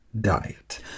diet